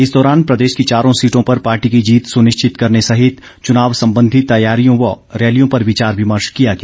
इस दौरान प्रदेश की चारों सीटों पर पार्टी की जीत सुनिश्चित करने सहित चुनाव संबंधी तैयारियों व रैलियों पर विचार विमर्श किया गया